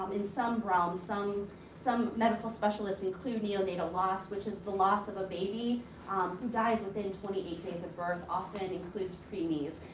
in some realms, some some medical specialists include neonatal loss, which is the loss of a baby who dies within twenty eight days of birth. it often and include preemies.